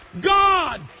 God